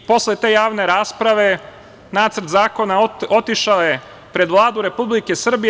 Posle te javne rasprave Nacrt zakona otišao je pred Vladu Republike Srbije.